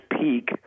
peak